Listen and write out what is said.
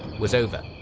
was over.